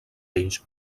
ells